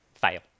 fail